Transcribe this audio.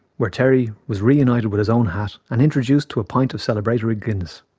where, terry was reunited with his own hat and introduced to a pint of celebratory guinness.